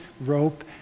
rope